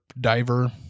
Diver